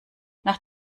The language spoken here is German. nach